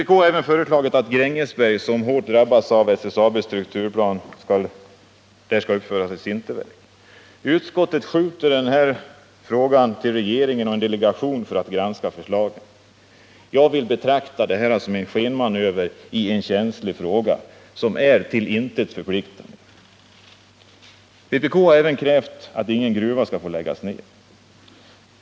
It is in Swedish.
Vpk har även föreslagit att det i Grängesberg, som drabbas hårt av SSAB:s strukturplan, skall uppföras ett sinterverk. Utskottet skjuter denna fråga till regeringen och en delegation som skall granska förslagen. Jag vill betrakta det som en skenmanöver — det är till intet förpliktande. Vpk har vidare krävt att ingen gruva skall få läggas ned.